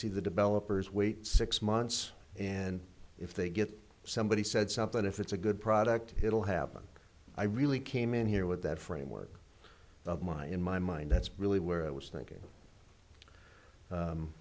see the developers wait six months and if they get somebody said something if it's a good product it'll happen i really came in here with that framework of my in my mind that's really where i was thinking